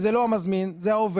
זה לא המזמין, זה העובד.